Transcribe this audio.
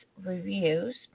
Reviews